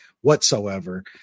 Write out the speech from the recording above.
whatsoever